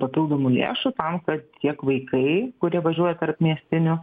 papildomų lėšų tam kad tiek vaikai kurie važiuoja tarpmiestiniu